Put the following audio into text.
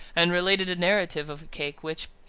and related a narrative of a cake which,